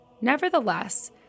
Nevertheless